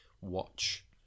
watch